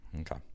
okay